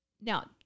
now